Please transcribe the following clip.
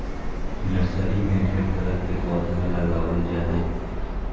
nursery में ढेर तरह के पौधा लगाबल जा हइ